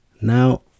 now